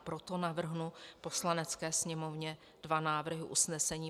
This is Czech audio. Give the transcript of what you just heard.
Proto navrhnu Poslanecké sněmovně dva návrhy usnesení.